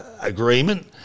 agreement